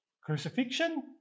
crucifixion